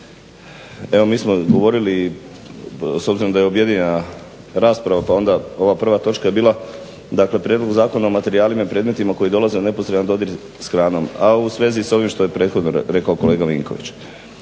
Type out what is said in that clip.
evo mi smo govorili s obzirom da je objedinjena rasprava pa onda ova prva točka je bila prijedlog zakona o materijalima i predmetima koji dolaze u neposredan dodir s hranom a u svezi s ovim što je prethodno rekao kolega Vinković.